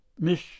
Miss